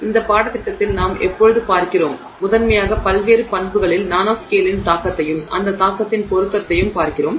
எனவே இந்த பாடத்திட்டத்தில் நாம் இப்போது பார்க்கிறோம் முதன்மையாக பல்வேறு பண்புகளில் நானோஸ்கேலின் தாக்கத்தையும் அந்த தாக்கத்தின் பொருத்தத்தையும் பார்க்கிறோம்